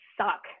suck